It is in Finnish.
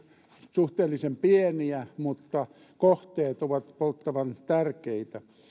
suhteellisen pieniä mutta kohteet ovat polttavan tärkeitä